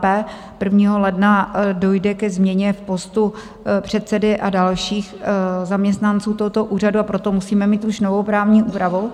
1. ledna dojde ke změně v postu předsedy a dalších zaměstnanců tohoto úřadu, a proto musíme mít už novou právní úpravu.